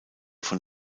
von